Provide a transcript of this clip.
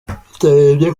tutarebye